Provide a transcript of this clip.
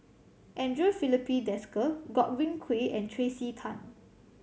Andre Filipe Desker Godwin Koay and Tracey Tan